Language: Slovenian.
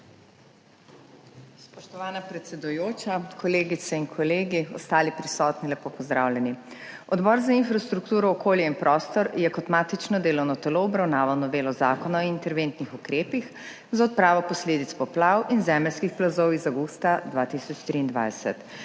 Spoštovana predsedujoča, kolegice in kolegi, ostali prisotni, lepo pozdravljeni. Odbor za infrastrukturo, okolje in prostor je kot matično delovno telo obravnaval novelo Zakona o interventnih ukrepih za odpravo posledic poplav in zemeljskih plazov iz avgusta 2023.